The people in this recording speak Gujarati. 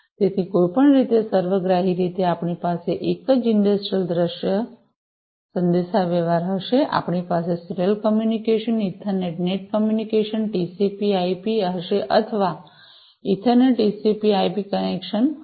તેથી કોઈપણ રીતે સર્વગ્રાહી રીતે આપણી પાસે એક જ ઇંડસ્ટ્રિયલ દૃશ્ય ઇંડસ્ટ્રિયલ સંદેશાવ્યવહાર હશે આપણી પાસે serial communication ethernet net communication અને ટીસીપી આઈપીTCPIP હશે અથવા ethernet TCP IP connections ethernet TCPIP connection હશે